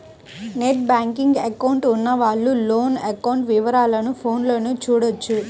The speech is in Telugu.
నెట్ బ్యేంకింగ్ అకౌంట్ ఉన్నవాళ్ళు లోను అకౌంట్ వివరాలను ఫోన్లోనే చూడొచ్చు